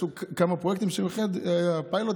אחד היה הפיילוט,